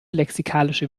lexikalische